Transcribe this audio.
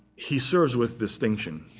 he serves with distinction,